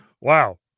Wow